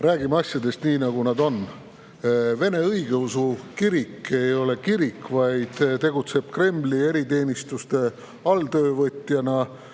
Räägime asjadest nii, nagu nad on. Vene õigeusu kirik ei ole kirik, vaid tegutseb Kremli eriteenistuste alltöövõtjana ning